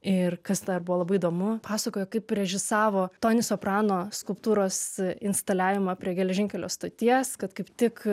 ir kas dar buvo labai įdomu pasakojo kaip režisavo tonį soprano skulptūros instaliavimą prie geležinkelio stoties kad kaip tik